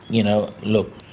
you know, look,